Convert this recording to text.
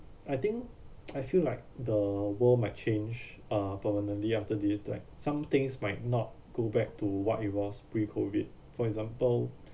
I think I feel like the world might change uh permanently after this like some things might not go back to what it was pre-COVID for example